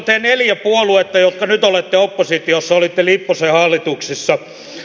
te neljä puoluetta jotka nyt olette oppositiossa olitte lipposen hallituksissa